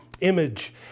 image